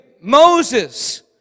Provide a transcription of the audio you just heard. Moses